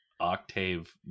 octave